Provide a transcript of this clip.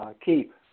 keep